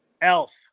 Elf